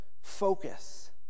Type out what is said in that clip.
focus